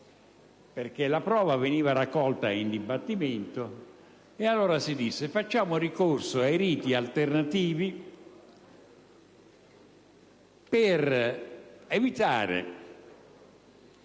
quanto la prova veniva raccolta in dibattimento. Allora si pensò di fare ricorso ai riti alternativi per evitare